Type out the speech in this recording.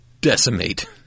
decimate